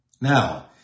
Now